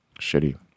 Shitty